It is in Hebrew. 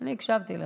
אני הקשבתי לך,